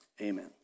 Amen